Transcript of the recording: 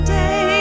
day